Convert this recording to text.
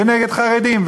ונגד חרדים,